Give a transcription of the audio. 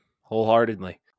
wholeheartedly